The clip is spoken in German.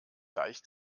deich